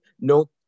no